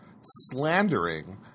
slandering –